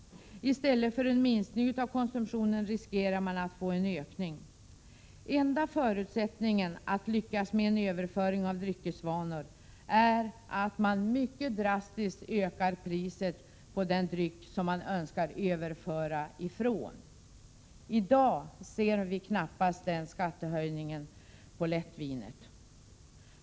I stället för en minskning av konsumtionen riskerar man att få en ökning. Enda förutsättningen att lyckas med en överföring av dryckesvanor är att priset mycket drastiskt ökas på den dryck man önskar överföra från. I dag ser vi knappast den skattehöjningen på lättvinet.